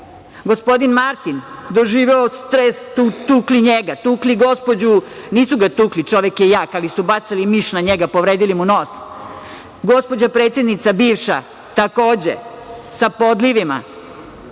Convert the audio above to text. Gospodin Martin doživeo je stres, tukli njega, tukli gospođu, nisu ga tukli, čovek je jak, ali su bacili miša na njega, povredili mu nos. Gospođa predsednica bivša takođe sa podlivima.